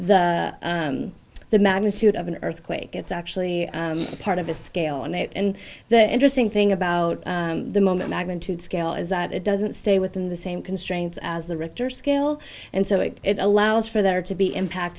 the the magnitude of an earthquake it's actually part of the scale on it and the interesting thing about the moment magnitude scale is that it doesn't stay within the same constraints as the richter scale and so it allows for there to be impact